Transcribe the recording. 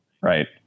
Right